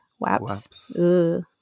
WAPS